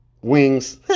wings